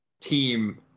team